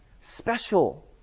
special